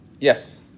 Yes